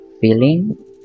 feeling